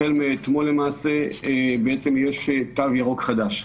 החל מאתמול למעשה יש תו ירוק חדש.